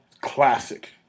classic